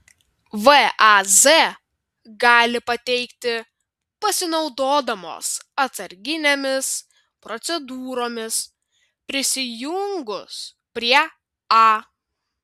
vaz gali pateikti pasinaudodamos atsarginėmis procedūromis prisijungus prie a